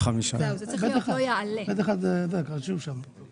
ו-(ב3) 0 שזה בעצם החישוב המוטב במקרים אלה: